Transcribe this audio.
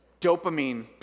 dopamine